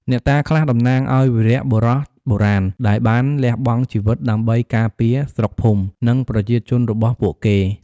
អ្នកតាខ្លះតំណាងឱ្យវីរបុរសបុរាណ ដែលបានលះបង់ជីវិតដើម្បីការពារស្រុកភូមិ និងប្រជាជនរបស់ពួកគេ។